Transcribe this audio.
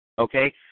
Okay